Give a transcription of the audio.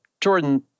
Jordan